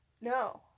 No